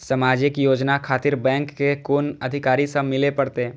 समाजिक योजना खातिर बैंक के कुन अधिकारी स मिले परतें?